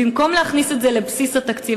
במקום להכניס את זה לבסיס התקציב,